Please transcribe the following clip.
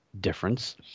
difference